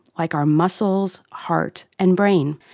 like our muscles, heart, and brain.